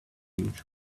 huge